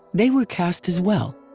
they were cast as well.